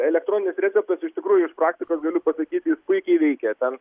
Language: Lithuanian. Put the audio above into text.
elektroninis receptas iš tikrųjų iš praktikos galiu pasakyt jis puikiai veikia ten